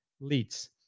leads